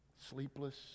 Sleepless